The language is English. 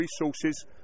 resources